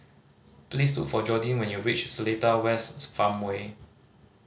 please look for Jordin when you reach Seletar Wests Farmway